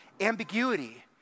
ambiguity